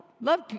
love